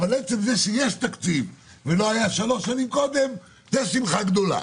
אבל עצם זה שיש תקציב ולא היה שלוש שנים קודם זה שמחה גדולה.